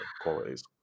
qualities